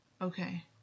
Okay